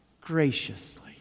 graciously